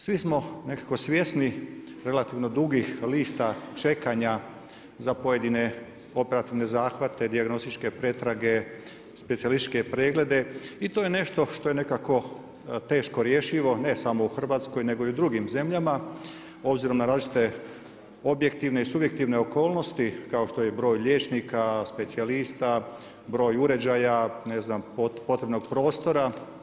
Svi smo nekako svjesni relativno dugih lista čekanja za pojedine operativne zahvate, dijagnostičke pretrage, specijalističke preglede i to je nešto što je nekako teško rješivo ne samo u Hrvatskoj, nego i u drugim zemljama obzirom na različite objektivne i subjektivne okolnosti kao što je i broj liječnika specijalista, broj uređaja, ne znam potrebnog prostora.